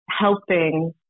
helping